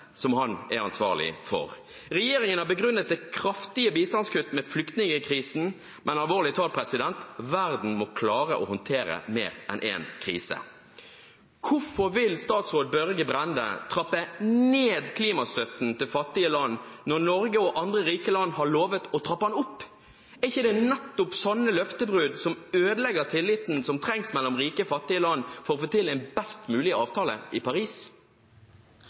er ansvarlig for. Regjeringen har begrunnet det kraftige bistandskuttet med flyktningkrisen. Men alvorlig talt: Verden må klare å håndtere mer enn én krise. Hvorfor vil utenriksminister Børge Brende trappe ned klimastøtten til fattige land, når Norge og andre rike land har lovet å trappe den opp? Er det ikke nettopp sånne løftebrudd som ødelegger tilliten som trengs mellom rike og fattige land, for å få til en best mulig avtale i Paris?